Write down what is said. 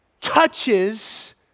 touches